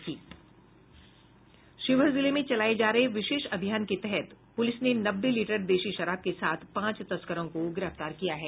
शिवहर जिले में चलाये जा रहे विशेष अभियान के तहत पुलिस ने नब्बे लीटर देशी शराब के साथ पांच तस्करों को गिरफ्तार किया है